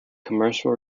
commercial